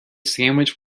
sandwich